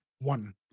One